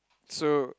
so